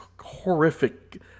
horrific